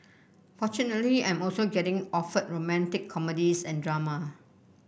fortunately I'm also getting offered romantic comedies and drama